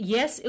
Yes